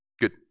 good